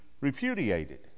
repudiated